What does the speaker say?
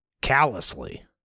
callously